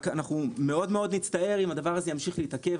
אנחנו רק מאוד מאוד נצטער אם הדבר הזה ימשיך להתעכב.